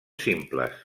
simples